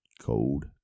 cold